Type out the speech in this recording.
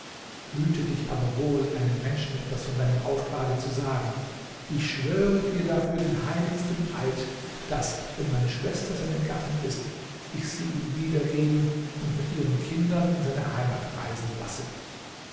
hüte dich aber wohl einem menschen etwas von deinem auftrage zu sagen ich schwöre dir dafür den heiligsten eid daß wenn meine schwester seine gattin ist ich sie ihm wiedergeben und mit ihren kinder in seine heimat reisen lasse